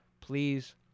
please